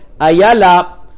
Ayala